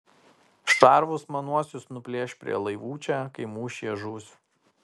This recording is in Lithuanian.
šarvus manuosius nuplėš prie laivų čia kai mūšyje žūsiu